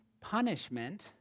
punishment